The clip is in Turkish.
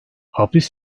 hapis